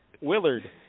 Willard